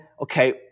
okay